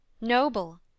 Noble